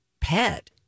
pet